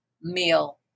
meal